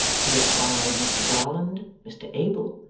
he espied mr garland, mr abel,